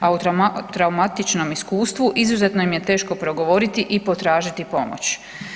A o traumatičnom iskustvu izuzetno im je teško progovoriti i potražiti pomoć.